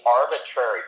arbitrary